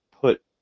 put